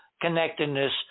connectedness